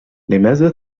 لماذا